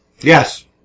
Yes